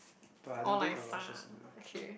but I don't think Aloysius